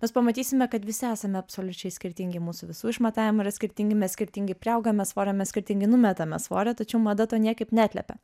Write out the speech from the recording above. mes pamatysime kad visi esame absoliučiai skirtingi mūsų visų išmatavimai yra skirtingi mes skirtingai priaugame svorio mes skirtingi numetame svorio tačiau mada to niekaip neatliepia